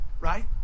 right